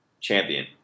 champion